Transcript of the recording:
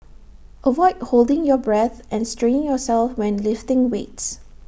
avoid holding your breath and straining yourself when lifting weights